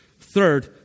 Third